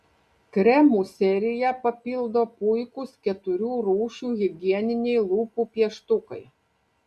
kremų seriją papildo puikūs keturių rūšių higieniniai lūpų pieštukai